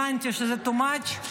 הבנתי שזה too much,